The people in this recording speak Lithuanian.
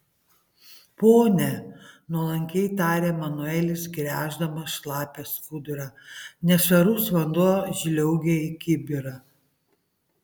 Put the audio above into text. pone nuolankiai tarė manuelis gręždamas šlapią skudurą nešvarus vanduo žliaugė į kibirą